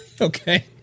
Okay